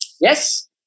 Yes